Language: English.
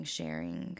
sharing